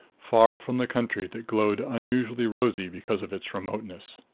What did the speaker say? far from the country that glowed unusually rosy because of its remoteness.